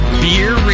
beer